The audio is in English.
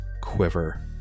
quiver